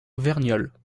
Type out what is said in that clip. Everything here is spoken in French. verniolle